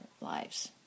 lives